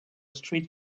street